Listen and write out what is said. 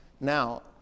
Now